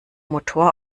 motor